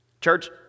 Church